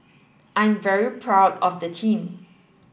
I'm very proud of the team